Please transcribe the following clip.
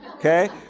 Okay